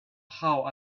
how